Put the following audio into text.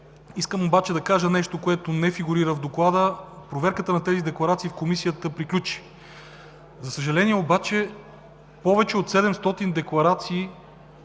Искам обаче да кажа нещо, което не фигурира в Доклада. Проверката на тези декларации в Комисията приключи. За съжаление обаче в повече от 700 декларации